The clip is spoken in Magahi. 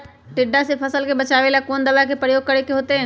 टिड्डा से फसल के बचावेला कौन दावा के प्रयोग करके होतै?